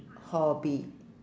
hobby